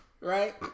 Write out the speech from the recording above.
right